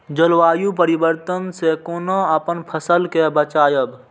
जलवायु परिवर्तन से कोना अपन फसल कै बचायब?